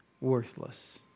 worthless